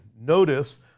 Notice